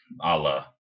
Allah